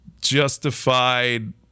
justified